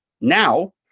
now